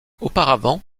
auparavant